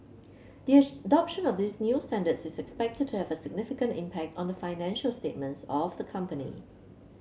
the adoption of these new standards is expected to have a significant impact on the financial statements of the company